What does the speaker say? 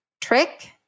trick